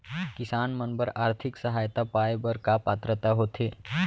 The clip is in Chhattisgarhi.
किसान मन बर आर्थिक सहायता पाय बर का पात्रता होथे?